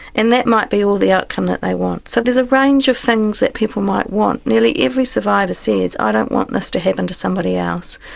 and that might be all the outcome that they want. so there's a range of things that people might want. nearly every survivor says, i don't want this to happen to somebody else,